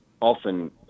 often